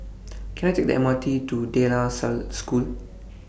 Can I Take The M R T to De La Salle School